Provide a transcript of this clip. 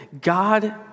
God